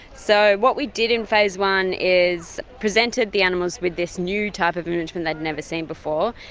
so what we did in phase one is presented the animals with this new type of enrichment they'd never seen before.